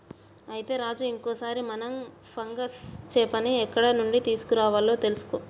అయితే రాజు ఇంకో సారి మనం ఫంగస్ చేపని ఎక్కడ నుండి తీసుకురావాలో తెలుసుకో